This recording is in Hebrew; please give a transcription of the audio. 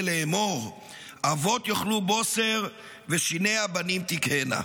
לאמֹר אבות יאכלו בֹסר ושִני הבנים תקהינה.